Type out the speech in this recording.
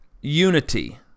unity